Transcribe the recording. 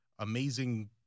amazing